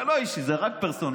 זה לא אישי, זה רק פרסונלי.